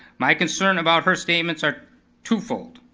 my concern about her statements are twofold.